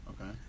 Okay